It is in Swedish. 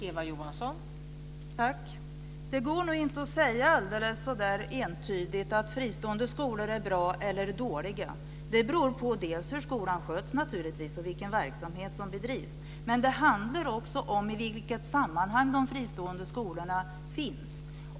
Fru talman! Det går nog inte att säga helt entydigt att fristående skolor är bra eller dåliga. Det beror på hur skolan sköts och vilken verksamhet som bedrivs, men det handlar också om i vilket sammanhang de fristående skolorna finns.